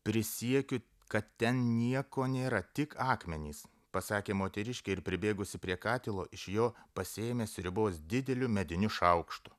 prisiekiu kad ten nieko nėra tik akmenys pasakė moteriškė ir pribėgusi prie katilo iš jo pasėmė sriubos dideliu mediniu šaukštu